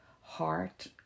heart